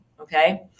Okay